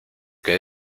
que